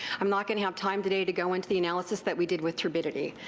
um not going to have time today to go into the analysis that we did with turbidity,